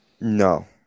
No